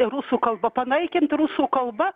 rusų kalba panaikint rusų kalba